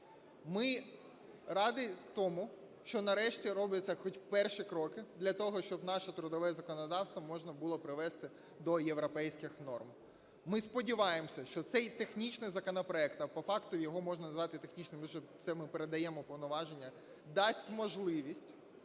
Ми раді тому, що нарешті робляться перші кроки для того, щоб наше трудове законодавство можна було привести до європейських норм. Ми сподіваємося, що цей технічний законопроект, а по факту його можна називати технічним, лише це ми передаємо повноваження, дасть можливість